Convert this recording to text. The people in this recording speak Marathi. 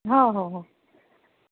हो हो हो